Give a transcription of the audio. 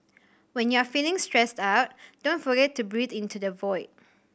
when you are feeling stressed out don't forget to breathe into the void